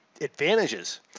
advantages